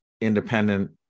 independent